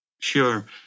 Sure